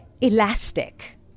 elastic